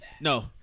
No